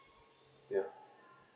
ya